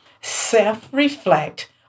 Self-reflect